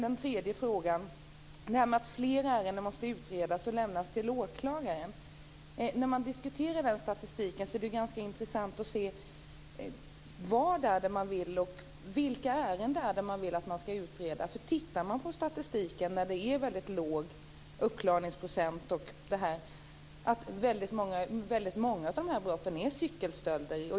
Den tredje frågan gäller detta att fler ärenden måste utredas och lämnas till åklagare. När man diskuterar den statistiken är det ganska intressant att se vilka ärenden det är som ska utredas. Om man tittar på statistiken över brott med låg uppklarningsprocent visar det sig att väldigt många av de brotten är cykelstölder.